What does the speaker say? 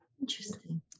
interesting